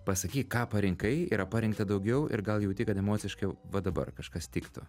pasakyk ką parinkai yra parinkta daugiau ir gal jauti kad emociškai va dabar kažkas tiktų